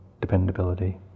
dependability